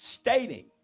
Stating